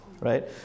right